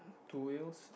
two wheels